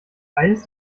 eines